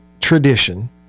tradition